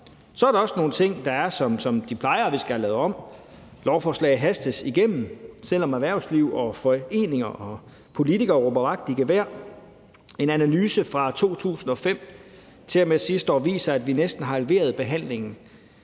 Så er der også nogle ting, der er som de plejer, og som vi skal have lavet om. Lovforslag hastes igennem, selv om erhvervslivet og foreninger og politikere og råber vagt i gevær. En analyse fra 2005 til og med sidste år viser, at vi næsten har halveret behandlingstiden,